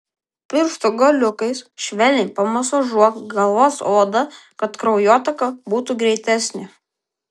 pirštų galiukais švelniai pamasažuok galvos odą kad kraujotaka būtų greitesnė